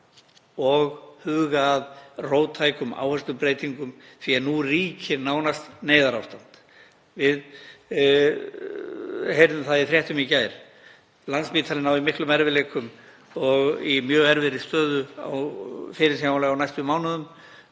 og huga að róttækum áherslubreytingum því að nú ríkir nánast neyðarástand. Við heyrðum það í fréttum í gær að Landspítalinn á í miklum erfiðleikum og er í mjög erfiðri stöðu fyrirsjáanlega á næstu mánuðum.